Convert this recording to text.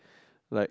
like